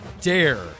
dare